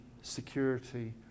security